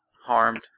harmed